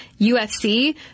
UFC